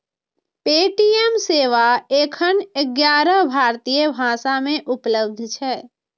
Paytm सेवा एखन ग्यारह भारतीय भाषा मे उपलब्ध छै